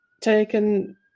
taken